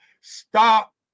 Stop